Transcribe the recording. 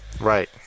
Right